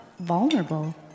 vulnerable